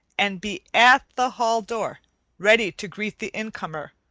and be at the hall door ready to greet the incomer,